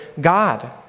God